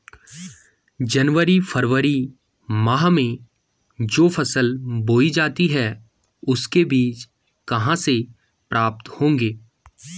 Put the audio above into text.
जनवरी फरवरी माह में जो फसल बोई जाती है उसके बीज कहाँ से प्राप्त होंगे?